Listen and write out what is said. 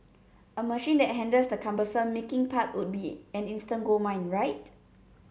a machine that handles the cumbersome making part would be an instant goldmine right